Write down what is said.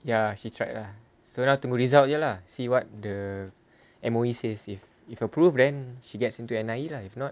ya she tried lah so now tunggu result jer lah see what the M_O_E says if if approve then she gets into N_I_E lah if not